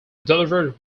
delivered